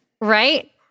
Right